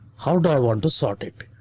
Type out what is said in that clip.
how do i want to sort it?